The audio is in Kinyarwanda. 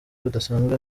budasanzwe